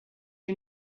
you